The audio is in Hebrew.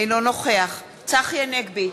אינו נוכח צחי הנגבי,